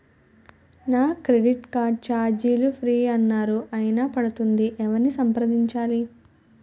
నా credit card ఛార్జీలు free అన్నారు అయినా పడుతుంది ఎవరిని సంప్రదించాలి?